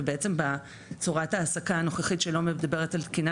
ובעצם בצורת ההעסקה הנוכחית שלא מדברת על תקינה